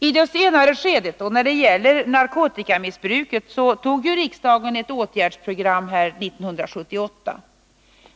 Beträffande det senare skedet av arbetet mot narkotikamissbruket fattade riksdagen år 1978 beslut om ett åtgärdsprogram. Då ställdes